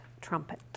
trumpet